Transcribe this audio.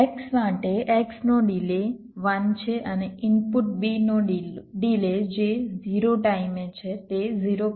x માટે x નો delay 1 છે અને ઇનપુટ b નો ડિલે જે 0 ટાઈમે છે તે 0